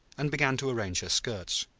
and began to arrange her skirts.